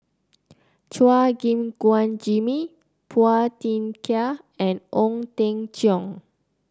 Chua Gim Guan Jimmy Phua Thin Kiay and Ong Teng Cheong